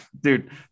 dude